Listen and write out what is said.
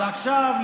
אז עכשיו,